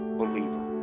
believer